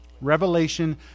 Revelation